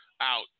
Out